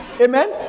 Amen